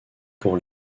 pour